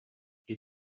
had